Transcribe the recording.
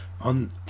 on